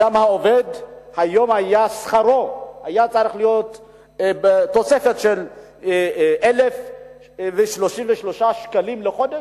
שכרו של האדם העובד היום היה צריך להיות בתוספת של 1,033 שקלים לחודש.